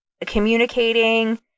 communicating